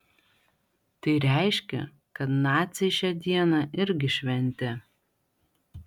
tai reiškia kad naciai šią dieną irgi šventė